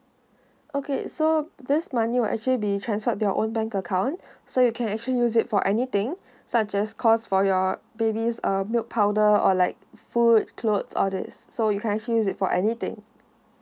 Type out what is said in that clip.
okay so this money will actually be transferred their own bank account so you can actually use it for anything such as cost for your baby's err milk powder or like food clothes orders so you can actually use it for anything